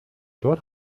dort